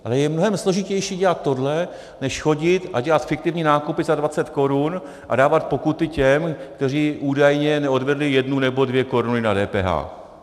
Ale je mnohem složitější dělat tohle než chodit a dělat fiktivní nákupy za dvacet korun a dávat pokuty těm, kteří údajně neodvedli jednu nebo dvě koruny na DPH.